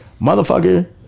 Motherfucker